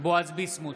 בועז ביסמוט,